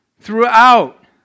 throughout